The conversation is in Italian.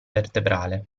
vertebrale